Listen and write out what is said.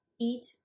eat